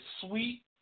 sweet